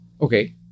Okay